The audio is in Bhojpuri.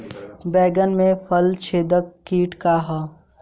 बैंगन में फल छेदक किट का ह?